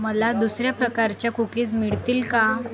मला दुसऱ्या प्रकारच्या कुकीज मिळतील का